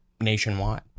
nationwide